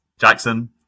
Jackson